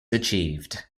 achieved